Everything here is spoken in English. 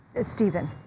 Stephen